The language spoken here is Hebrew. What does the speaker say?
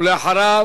ואחריו,